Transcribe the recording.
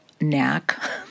knack